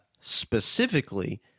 specifically